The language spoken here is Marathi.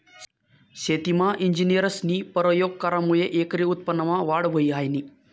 शेतीमा इंजिनियरस्नी परयोग करामुये एकरी उत्पन्नमा वाढ व्हयी ह्रायनी